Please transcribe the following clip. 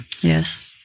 Yes